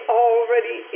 already